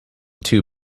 too